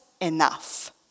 enough